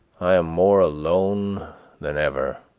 i am more alone than ever.